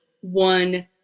one